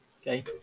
okay